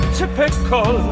typical